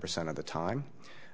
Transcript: percent of the time